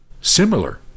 similar